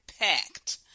packed